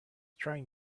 trying